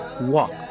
walk